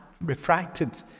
refracted